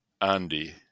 Andy